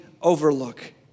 Overlook